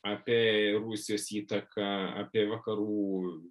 apie rusijos įtaką apie vakarų